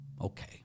okay